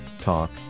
talk